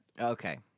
okay